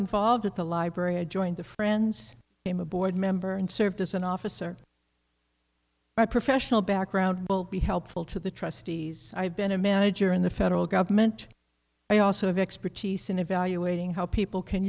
involved with the library i joined the friends name a board member and served as an officer my professional background will be helpful to the trustees i have been a manager in the federal government i also have expertise in evaluating how people can